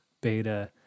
beta